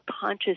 conscious